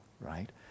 right